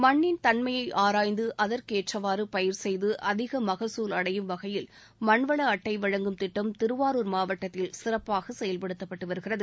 மண்ணின் தன்மையை ஆராய்ந்து அதற்கேற்றவாறு பயிர் செய்து அதிக மக்சூல் அடையும் வகையில் மண்வள அட்டை வழங்கும் திட்டம் திருவாரூர் மாவட்டத்தில் சிறப்பாக செயல்படுத்தப்பட்டு வருகிறது